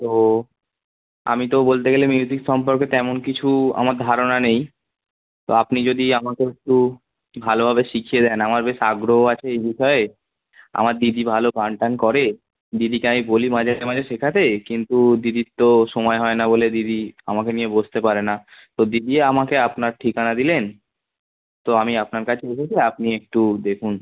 তো আমি তো বলতে গেলে মিউসিক সম্পর্কে তেমন কিছু আমার ধারণা নেই তো আপনি যদি আমাকে একটু ভালোভাবে শিখিয়ে দেন আমার বেশ আগ্রহ আছে এই বিষয়ে আমার দিদি ভালো গান টান করে দিদিকে আমি বলি মাঝে মাঝে শেখাতে কিন্তু দিদির তো সমায় হয় না বোলে দিদি আমাকে নিয়ে বসতে পারে না তো দিদি আমাকে আপনার ঠিকানা দিলেন তো আমি আপনার কাছে এসেছি আপনি একটু দেখুন